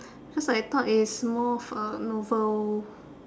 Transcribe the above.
because I thought it is more of a novel